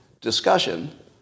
discussion